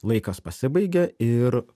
laikas pasibaigė ir